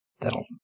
that'll